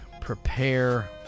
prepare